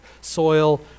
soil